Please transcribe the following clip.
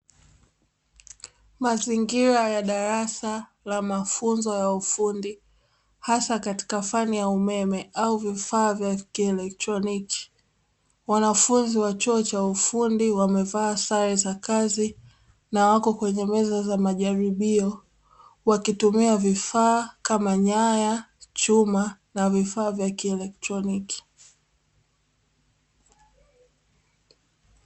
Mazingira ya darasa la mafunzo ya ufundi hasa katika fani ya umeme au vifaa vya kielektroniki, wanafunzi wa chuo cha ufundi wamevaa sare za kazi na wako kwenye meza za majaribio wakitumia vifaa kama nyaya chuma na vifaa vya kielektroniki.